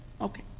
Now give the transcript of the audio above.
Okay